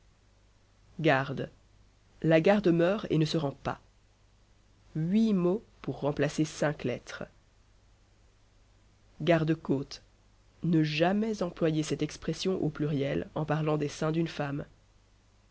garde la garde meurt et ne se rend pas huit mots pour remplacer cinq lettres garde cote ne jamais employer cette expression au pluriel en parlant des seins d'une femme